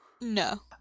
No